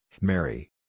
Mary